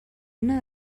una